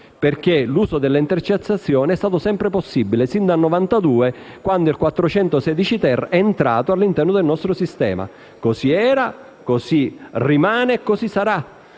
perché tale uso è stato sempre possibile sin dal 1992 quando il 416-*ter* è entrato all'interno del nostro sistema. Così era, così rimane e così sarà: